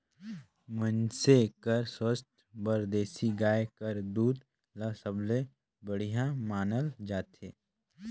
मइनसे कर सुवास्थ बर देसी गाय कर दूद ल सबले बड़िहा मानल जाथे